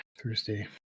Thursday